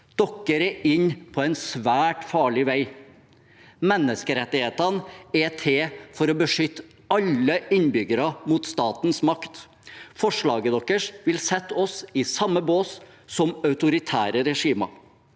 Dere er inne på en svært farlig vei. Menneskerettighetene er til for å beskytte alle innbyggere mot statens makt. Forslaget vil sette oss i samme bås som autoritære regimer.